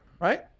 right